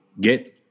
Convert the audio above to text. get